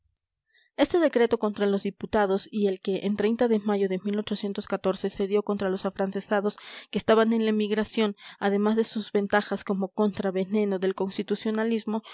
este decreto contra los diputados y el que en de mayo de se dio contra los afrancesados que estaban en la emigración además de sus ventajas como contra veneno del constitucionalismo